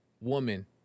woman